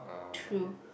true